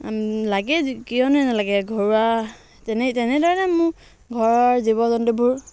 লাগে কিয়নো নালাগে ঘৰুৱা তেনে তেনেধৰণেই মোৰ ঘৰৰ জীৱ জন্তুবোৰ